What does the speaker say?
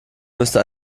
müsste